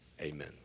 Amen